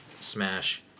Smash